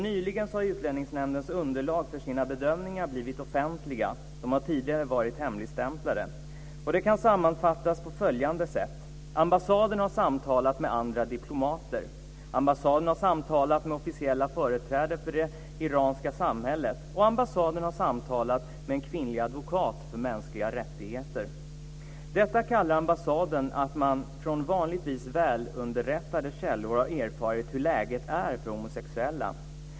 Nyligen har Utlänningsnämndens underlag för sina bedömningar blivit offentliga - de har tidigare varit hemligstämplade. Det kan sammanfattas på följande sätt. Ambassaden har samtalat med andra diplomater. Ambassaden har samtalat med officiella företrädare för det iranska samhället. Ambassaden har samtalat med en kvinnlig advokat för mänskliga rättigheter. Detta kallar ambassaden att man från vanligtvis välunderrättade källor har erfarit hur läget är för homosexuella.